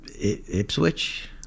Ipswich